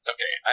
Okay